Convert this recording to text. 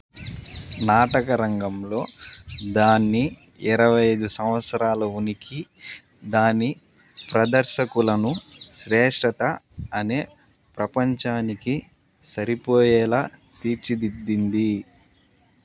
నాటక రంగంలో దాన్ని ఇరవై ఐదు సంవత్సరాల ఉనికి దాని ప్రదర్శకులను శ్రేష్ఠత అనే ప్రపంచానికి సరిపోయేలా తీర్చిదిద్దింది